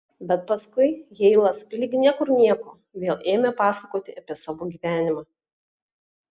bet paskui heilas lyg niekur nieko vėl ėmė pasakoti apie savo gyvenimą